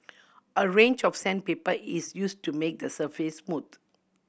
a range of sandpaper is use to make the surface smooth